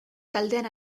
taldean